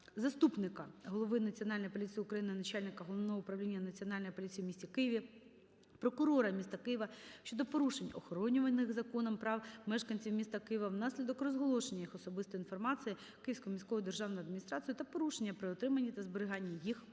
заступника голови Національної поліції України - начальника Головного управління Національної поліції у місті Києві, прокурора міста Києва щодо порушень охоронюваних законом прав мешканців міста Києва внаслідок розголошення їх особистої інформації Київською міською державною адміністрацією та порушень при отриманні та зберіганні їх персональних